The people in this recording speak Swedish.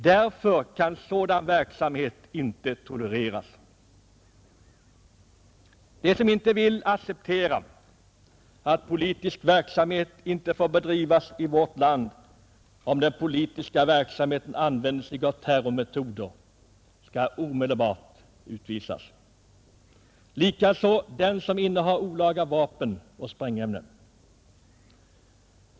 Därför kan sådan verksamhet inte tolereras. De invandrare som inte vill acceptera att politisk verksamhet inte får bedrivas i vårt land, om den politiska verksamheten använder sig av terrormetoder, skall omedelbart utvisas — likaså den som olagligt innehar vapen och sprängämnen.